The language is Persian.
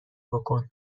بکن